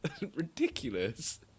ridiculous